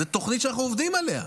זאת תוכנית שאנחנו עובדים עליה.